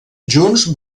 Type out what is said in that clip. junts